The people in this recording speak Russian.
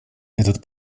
этот